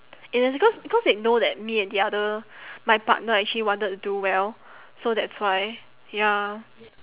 yes cause cause they know that me and the other my partner actually wanted to do well so that's why ya